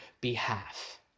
behalf